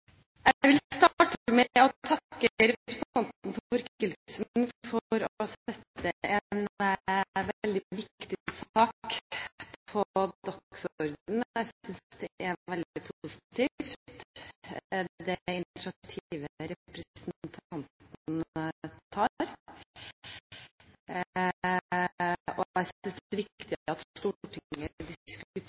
Jeg vil starte med å takke representanten Thorkildsen for å sette en veldig viktig sak på dagsordenen. Jeg synes det initiativet representanten tar, er veldig positivt, og jeg synes det er viktig at